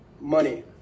money